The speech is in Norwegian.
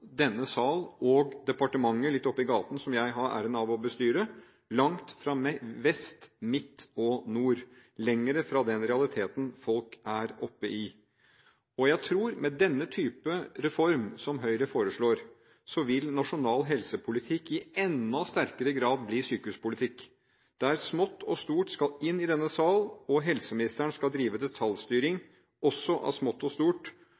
denne sal og departementet litt oppi gaten som jeg har æren av å bestyre – langt fra vest, midt og nord, lengre fra den realiteten folk er oppi. Jeg tror at med denne typen reform som Høyre foreslår, vil nasjonal helsepolitikk i enda sterkere grad bli sykehuspolitikk, der smått og stort skal inn i denne sal, der helseministeren skal drive detaljstyring av smått og stort,